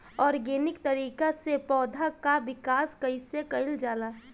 Organic तरीका से पौधा क विकास कइसे कईल जाला?